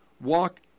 walk